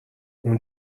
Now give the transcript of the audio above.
اون